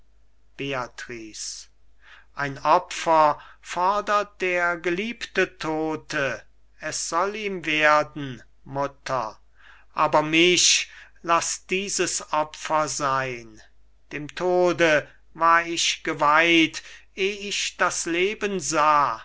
ein opfer fordert der geliebte todte es soll ihm werden mutter aber mich laß dieses opfer sein dem tode war ich geweiht eh ich das leben sah